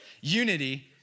Unity